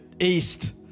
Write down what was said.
East